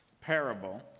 parable